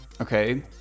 Okay